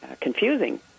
confusing